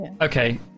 Okay